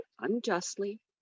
unjustly